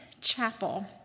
chapel